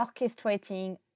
orchestrating